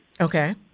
Okay